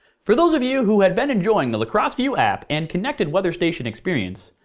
for those of you who had been enjoying the la crosse view app and connected weather station experience,